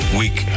week